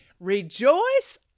Rejoice